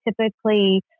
typically